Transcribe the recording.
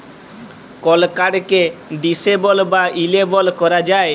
call কাড়কে disable বা enable ক্যরা যায়